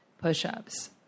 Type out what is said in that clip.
push-ups